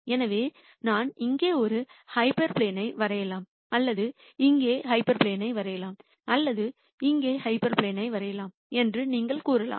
எனவே நான் இங்கே ஒரு ஹைப்பர் பிளேனை வரையலாம் அல்லது இங்கே ஹைப்பர் பிளேனை வரையலாம் அல்லது இங்கே ஒரு ஹைப்பர் பிளேனை வரையலாம் என்று நீங்கள் கூறலாம்